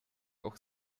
auch